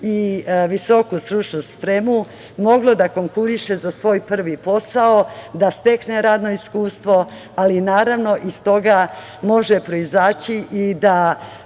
i visoku stručnu spremu moglo da konkuriše za svoj prvi posao, da stekne radno iskustvo, ali naravno iz toga može proizaći i da